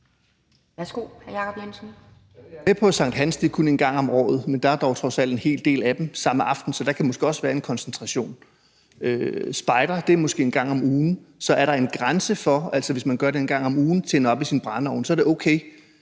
Værsgo, hr. Jacob Jensen.